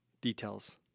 details